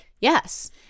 Yes